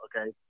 okay